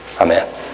Amen